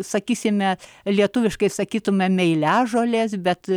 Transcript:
sakysime lietuviškai sakytume meiležolės bet